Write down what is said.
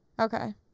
Okay